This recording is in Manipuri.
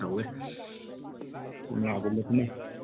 ꯇꯧꯋꯦ ꯀꯣꯝꯂꯥꯒꯨꯝꯕꯁꯤꯅ